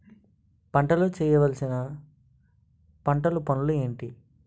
పంటలో చేయవలసిన పంటలు పనులు ఏంటి?